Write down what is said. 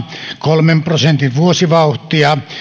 kolmen prosentin vuosivauhtia